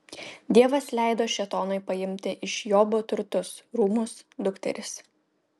dievas leido šėtonui paimti iš jobo turtus rūmus dukteris